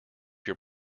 your